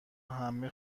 همه